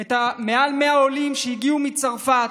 את מעל 100 העולים שהגיעו מצרפת,